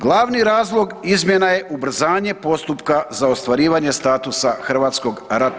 Glavni razlog izmjena je ubrzanje postupka za ostvarivanje statusa HRVI-a.